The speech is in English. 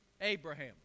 Abraham